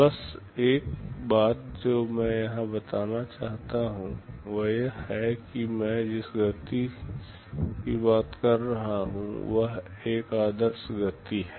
बस एक बात जो मैं यहां बताना चाहता हूं वह यह है कि मैं जिस गति की बात कर रहा हूं वह एक आदर्श गति है